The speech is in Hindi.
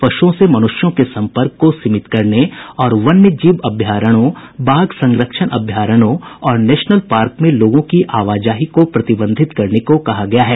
पशुओं से मनृष्यों के सम्पर्क को सीमित करने और वन्य जीव अभयारण्यों बाघ संरक्षण अभयारण्यों और नेशनल पार्क में लोगों की आवाजाही को प्रतिबंधित करने को कहा गया है